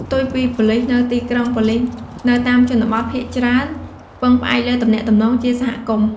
ផ្ទុយពីប៉ូលិសនៅទីក្រុង ប៉ូលិសនៅតាមជនបទភាគច្រើនពឹងផ្អែកលើទំនាក់ទំនងជាសហគមន៍ ។